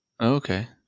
okay